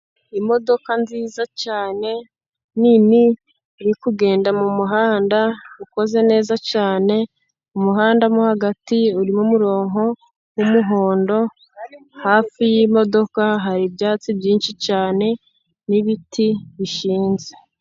Imodoka nziza cyane nini iri kugenda mu muhanda ukoze neza cyane, umuhanda mo hagati urimo umurongo w'umuhondo, hafi y'imodoka hari ibyatsi byinshi cyane n'ibiti bishinze.